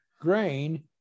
grain